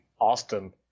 Austin